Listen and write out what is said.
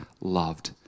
loved